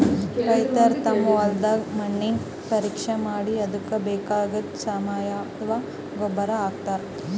ರೈತರ್ ತಮ್ ಹೊಲದ್ದ್ ಮಣ್ಣಿನ್ ಪರೀಕ್ಷೆ ಮಾಡಿ ಅದಕ್ಕ್ ಬೇಕಾಗಿದ್ದ್ ಸಾವಯವ ಗೊಬ್ಬರ್ ಹಾಕ್ತಾರ್